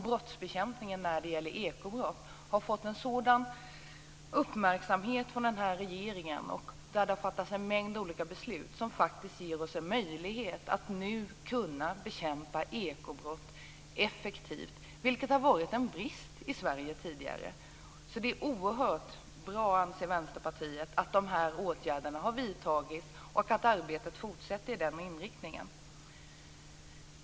Brottsbekämpningen när det gäller ekobrott har fått stor uppmärksamhet från regeringen, och det har fattats en mängd olika beslut som ger oss en möjlighet att nu bekämpa ekobrott effektivt. Det har varit en brist i Sverige tidigare. Det är oerhört bra, anser Vänsterpartiet, att de här åtgärderna har vidtagits och att arbetet fortsätter med den inriktningen.